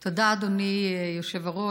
תודה, אדוני היושב-ראש.